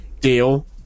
deal